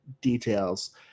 details